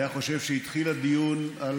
היה חושב שהתחיל הדיון על,